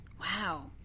Wow